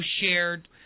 shared